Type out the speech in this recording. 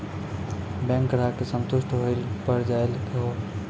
Bank ग्राहक के संतुष्ट होयिल के बढ़ जायल कहो?